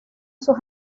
sus